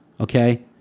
Okay